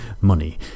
money